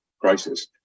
crisis